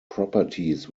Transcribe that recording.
properties